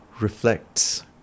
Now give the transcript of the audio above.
reflects